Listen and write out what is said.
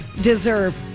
deserve